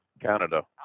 Canada